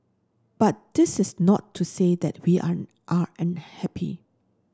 but this is not to say that we are are unhappy